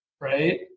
right